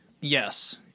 yes